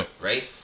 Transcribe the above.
right